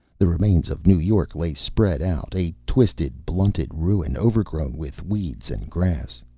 the remains of new york lay spread out, a twisted, blunted ruin overgrown with weeds and grass.